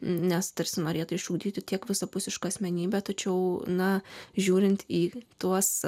nes tarsi norėtų išugdyti tiek visapusišką asmenybę tačiau na žiūrint į tuos